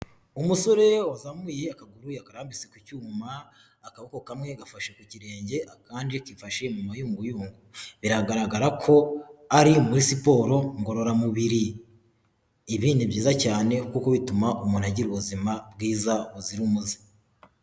Umusore wazamuye akaguruya yakambitse ku icyuma akaboko kamwe gafashe ku kirenge akandi kifashe mu mayunguyungu. Biragaragara ko ari muri siporo ngororamubiri. ibi ni byiza cyane, kuko bituma umuntu agira ubuzima bwiza, buzira umuze.